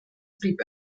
blieb